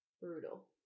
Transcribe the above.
Brutal